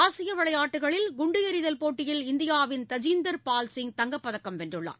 ஆசிய விளையாட்டுகளில் குண்டு எறிதல் போட்டியில் இந்தியாவின் தஜிந்தர் பால் சிங் தங்கப்பதக்கம் வென்றுள்ளார்